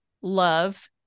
love